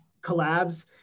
collabs